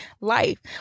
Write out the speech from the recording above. life